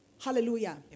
Hallelujah